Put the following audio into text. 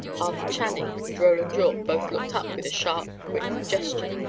arthur channing and roland yorke both looked up with a sharp, quick gesture.